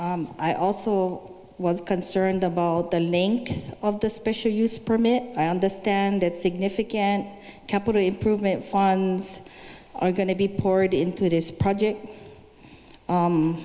i also was concerned about the length of the special use permit i understand that significant capital improvement funds are going to be poured into this project